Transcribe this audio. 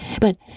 but